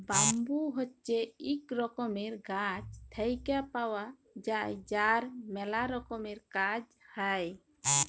bamboo হছে ইক রকমের গাছ থেক্যে পাওয়া যায় যার ম্যালা রকমের কাজ হ্যয়